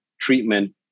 treatment